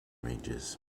ranges